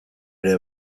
ere